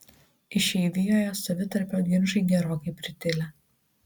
išeivijoje savitarpio ginčai gerokai pritilę